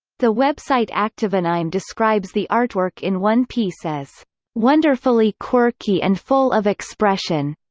the website activeanime describes the artwork in one piece as wonderfully quirky and full of expression.